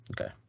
Okay